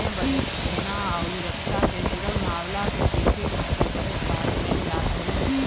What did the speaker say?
सैन्य बजट, सेना अउरी रक्षा से जुड़ल मामला के देखे खातिर बजट पास कईल जात हवे